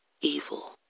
evil